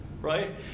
right